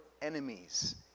Enemies